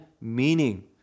meaning